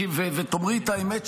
ותאמרי את האמת,